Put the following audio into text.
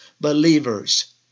believers